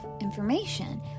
information